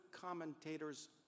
commentators